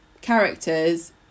characters